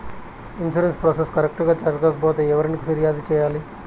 insurance process correct గా జరగకపోతే ఎవరికి ఫిర్యాదు సేయాలి